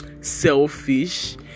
selfish